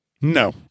No